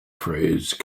phrase